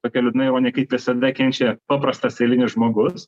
tokia liūdna ironija kaip visada kenčia paprastas eilinis žmogus